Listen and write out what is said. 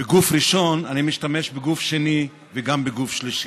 בגוף ראשון, אני משתמש בגוף שני, וגם בגוף שלישי.